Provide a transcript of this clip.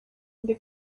the